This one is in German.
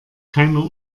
keiner